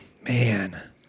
man